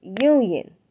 Union